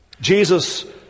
Jesus